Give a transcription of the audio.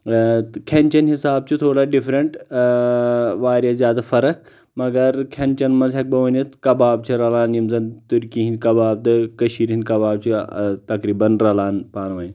تہٕ کھٮ۪ن چٮ۪ن حساب چھُ تھوڑا ڈِفرنٹ واریاہ زیادٕ فرق مگر کھٮ۪ن چٮ۪ن منٛز ہیٚکہٕ بہٕ ؤنِتھ کباب چھ رلان یِم زَن تُرکی ہنٛدۍ کباب چھ تہٕ کشیٖر ہنٛدۍ کباب چھ تقریٖباً رلان پانہٕ ؤنۍ